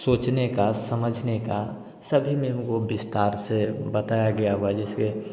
सोचने का समझने का सभी में हमको विस्तार से बताया गया हुआ जिसके